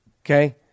okay